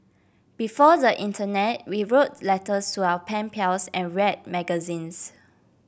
before the internet we wrote letters to our pen pals and read magazines